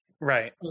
Right